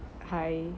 hi